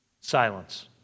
Silence